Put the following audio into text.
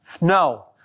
No